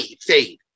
fade